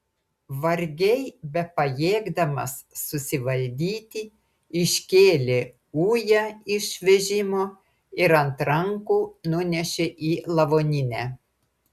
vargiai bepajėgdamas susivaldyti iškėlė ują iš vežimo ir ant rankų nunešė į lavoninę